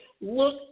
look